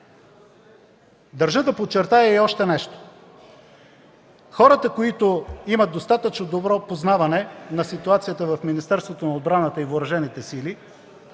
Държа да подчертая и още нещо. Хората, които имат достатъчно добро познаване на ситуацията в Министерството на отбраната, знаят,